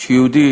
שיהודי